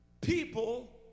people